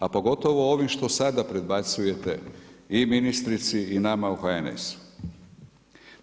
A pogotovo ovim što sada predbacujete i ministrici i nama u HNS-u.